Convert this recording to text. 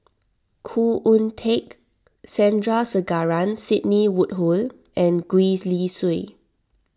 Khoo Oon Teik Sandrasegaran Sidney Woodhull and Gwee Li Sui